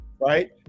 Right